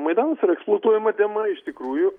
maidanas yra eksplotuojama tema iš tikrųjų